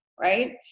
right